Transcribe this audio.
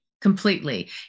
completely